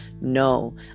No